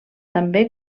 també